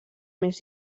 més